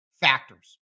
factors